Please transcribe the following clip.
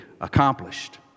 accomplished